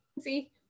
see